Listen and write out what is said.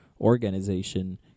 organization